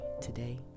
today